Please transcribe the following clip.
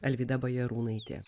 alvyda bajarūnaitė